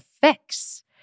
fix